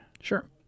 Sure